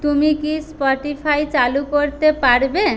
তুমি কি স্পটিফাই চালু করতে পারবে